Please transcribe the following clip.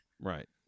Right